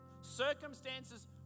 Circumstances